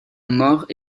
morts